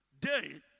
day